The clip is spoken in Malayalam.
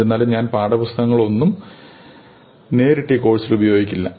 എന്നിരുന്നാലും ഞാൻ പാഠപുസ്തകങ്ങൾ ഒന്നും നേരിട്ട് ഈ കോഴ്സിൽ ഉപയോഗിക്കില്ല